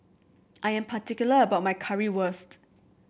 I am particular about my Currywurst